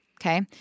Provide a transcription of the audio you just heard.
okay